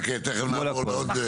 תכף נעבור לעוד משרד.